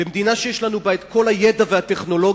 במדינה שיש לנו בה כל הידע והטכנולוגיה,